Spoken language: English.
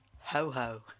Ho-ho